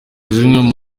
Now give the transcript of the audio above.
zimwe